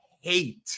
hate